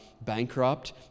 bankrupt